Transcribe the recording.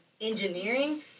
engineering